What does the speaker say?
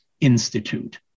Institute